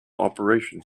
operation